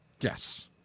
yes